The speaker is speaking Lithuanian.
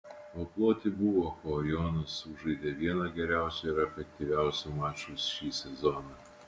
o ploti buvo ko jonas sužaidė vieną geriausių ir efektyviausių mačų šį sezoną